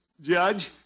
Judge